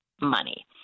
money